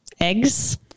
eggs